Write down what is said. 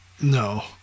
No